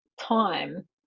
time